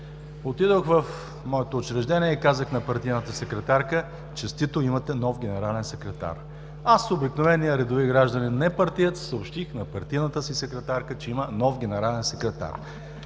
Отидох в моето учреждение и казах на партийната секретарка: „Честито, имате нов генерален секретар!“. Аз, обикновеният, редови гражданин, не партиец съобщих на партийната си секретарка, че има нов генерален секретар.